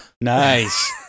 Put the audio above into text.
nice